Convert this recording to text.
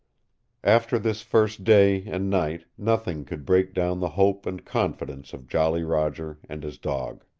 after this first day and night nothing could break down the hope and confidence of jolly roger and his, dog.